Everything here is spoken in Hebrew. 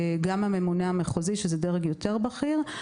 גם הממונה המחוזי שהוא דרג יותר בכיר.